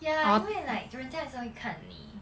ya 因为 like 人家也是会看你